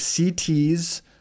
CT's